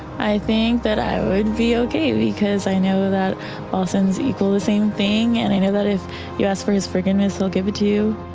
i think that i would be okay, because i know that all sins equal the same thing, and i know that if you ask for his forgiveness, he'll give it to you.